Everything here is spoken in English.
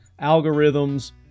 algorithms